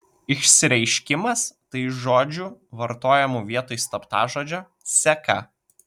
išsireiškimas tai žodžių vartojamų vietoj slaptažodžio seka